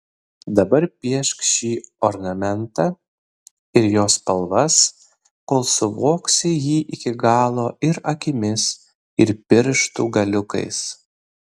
dabar piešk šį ornamentą ir jo spalvas kol suvoksi jį iki galo ir akimis ir pirštų galiukais